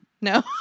No